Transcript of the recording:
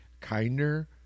kinder